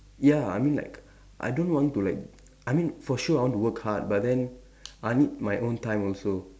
ya I mean like I don't want to like I mean for sure I want to work hard but then I need my own time also